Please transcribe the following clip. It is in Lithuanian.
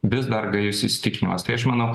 vis dar gajus įsitikinimas tai aš manau